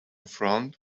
front